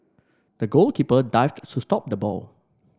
the goalkeeper dived to stop the ball